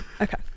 okay